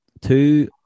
two